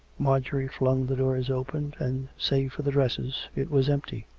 mar jorie flung the doors open, and, save for the dresses, it was empty.